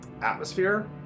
atmosphere